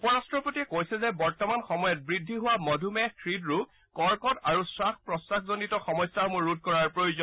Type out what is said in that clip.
উপ ৰাট্টপতিয়ে কৈছে যে বৰ্তমান সময়ত বৃদ্ধি হোৱা মধুমেহ হৃদৰোগ কৰ্কট আৰু শ্বাস প্ৰশ্বাসজনিত সমস্যাসমূহ ৰোধ কৰাৰ প্ৰয়োজন